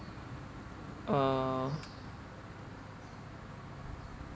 uh